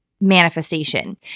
manifestation